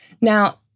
Now